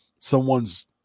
someone's